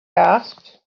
asked